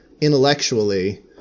intellectually